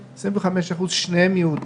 אצל 25 אחוזים מהזוגות, שני בני הזוג הם יהודים.